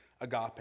agape